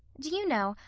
do you know,